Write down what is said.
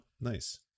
Nice